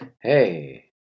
Hey